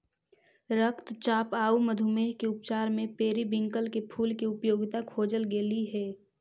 रक्तचाप आउ मधुमेह के उपचार में पेरीविंकल के फूल के उपयोगिता खोजल गेली हे